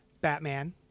Batman